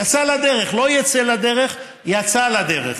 היא יצאה לדרך, לא תצא לדרך, יצאה לדרך.